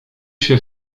się